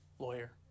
Lawyer